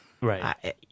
right